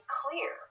clear